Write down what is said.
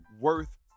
worth